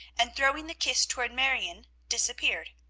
and, throwing the kiss toward marion, disappeared.